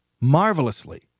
marvelously